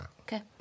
Okay